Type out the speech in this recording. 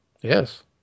Yes